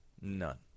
None